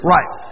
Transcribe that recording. Right